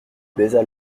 baisa